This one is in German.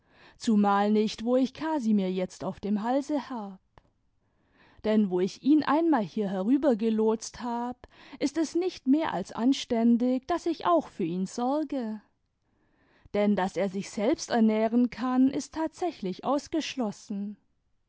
zumal nicht wo ich casimir jetzt auf dem halse hab denn wo ich ihn einmal hier herübergelotst hab ist es nicht mehr als anständig daß ich auch für ihn sorge denn daß er sich selbst ernähren kann ist tatsächlich ausgeschlossen